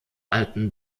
alten